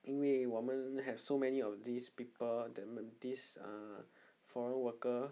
因为我们 have so many of these people that um this ah foreign worker